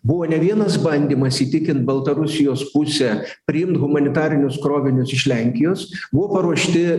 buvo ne vienas bandymas įtikint baltarusijos pusę priimt humanitarinius krovinius iš lenkijos buvo paruošti